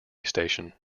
station